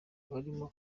barimo